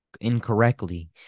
incorrectly